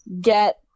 get